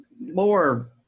more